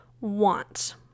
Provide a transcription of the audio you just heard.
want